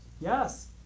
Yes